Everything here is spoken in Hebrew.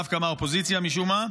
דווקא מהאופוזיציה משום מה.